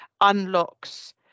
unlocks